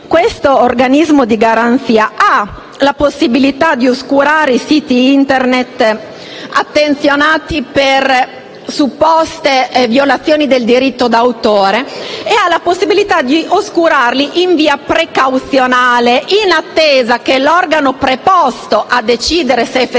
questo organismo di garanzia ha la possibilità di oscurare i siti Internet attenzionati per supposte violazioni del diritto d'autore e ha la possibilità di oscurarli in via precauzionale, in attesa che a decidere se effettivamente